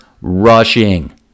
rushing